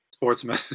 sportsman